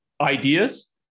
ideas